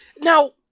Now